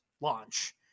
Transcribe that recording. launch